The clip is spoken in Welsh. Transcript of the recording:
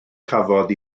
cafodd